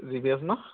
G P S no